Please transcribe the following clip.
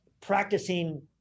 practicing